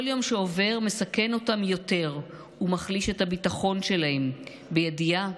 כל יום שעובר מסכן אותם יותר ומחליש את הביטחון שלהם בידיעה